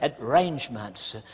arrangements